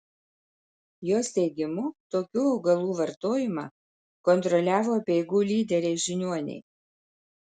jos teigimu tokių augalų vartojimą kontroliavo apeigų lyderiai žiniuoniai